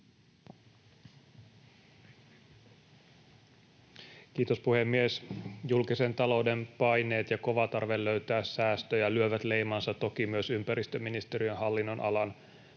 Kiitos, puhemies! Julkisen talouden paineet ja kova tarve löytää säästöjä lyövät leimaansa toki myös ympäristöministeriön hallinnonalan